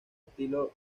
estilo